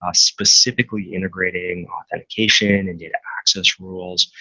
ah specifically integrating authentication and data access rules.